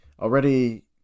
already